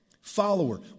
follower